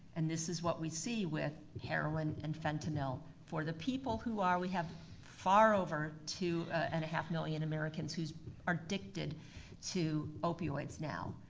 and this is what we see with heroin and fentanyl. for the people who are, we have far over two and a half million americans who are addicted to opioids now.